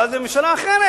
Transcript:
אבל זו ממשלה אחרת.